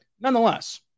nonetheless